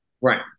Right